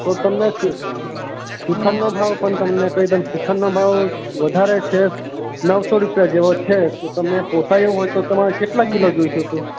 તો તમે શ્રીખંડનો ભાવ પણ તમને શ્રીખંડનો ભાવ વધારે છે નવસો રૂપિયા જેવો છે તો તમે પોસાય એવું હોય તો તમારે કેટલા કિલો જોઈતુ તુ